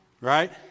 Right